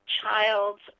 child's